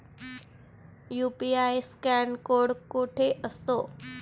UPI scan code कुठे असतो?